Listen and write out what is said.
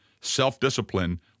Self-discipline